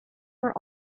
were